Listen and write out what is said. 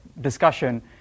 discussion